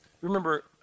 remember